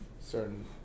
certain